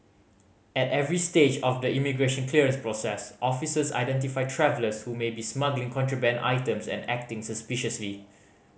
at every stage of the immigration clearance process officers identify travellers who may be smuggling contraband items and acting suspiciously